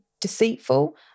deceitful